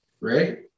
right